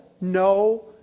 no